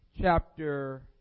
chapter